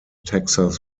texas